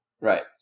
right